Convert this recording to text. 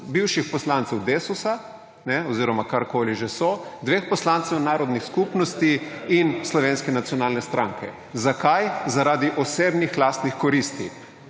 bivših poslancev Desusa oziroma karkoli že so, dveh poslancev narodnih skupnosti in Slovenske nacionalne stranke. Zakaj? Zaradi osebnih lastnih koristi.